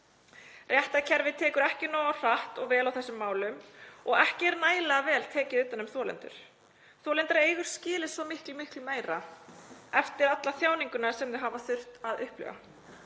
Réttarkerfið tekur ekki nógu hratt og vel á þessum málum og ekki er nægilega vel tekið utan um þolendur. Þolendur eiga skilið svo miklu meira eftir allar þjáningarnar sem þau hafa þurft að upplifa.